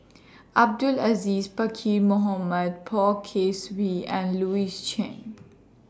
Abdul Aziz Pakkeer Mohamed Poh Kay Swee and Louis Chen